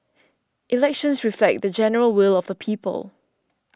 elections reflect the general will of the people